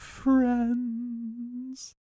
Friends